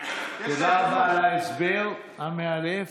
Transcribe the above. תודה רבה על ההסבר המאלף.